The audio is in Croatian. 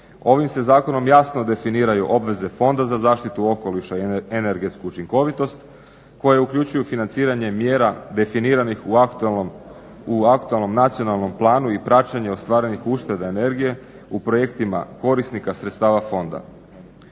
Ovim se zakonom jasno definiraju obveze Fonda za zaštitu okoliša i energetsku učinkovitost koje uključuju financiranje mjera definiranih u aktualnom Nacionalnom planu i praćenju ostvarenih ušteda energije u projektima korisnika sredstava fonda.